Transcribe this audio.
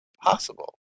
possible